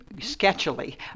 sketchily